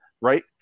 right